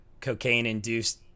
cocaine-induced